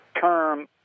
term